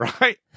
right